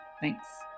Thanks